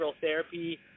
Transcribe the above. therapy